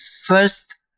first